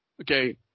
Okay